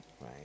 Right